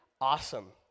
Awesome